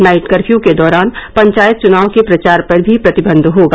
night curfew के दौरान पंचायत चुनाव के प्रचार पर भी प्रतिबंध होगा